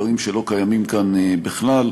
דברים שלא קיימים כאן בכלל.